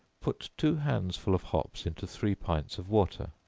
put two handsful of hops into three pints of water